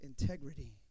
integrity